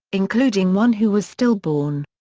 including one who was stillborn.